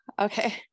Okay